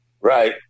right